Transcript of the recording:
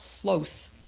close